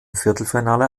viertelfinale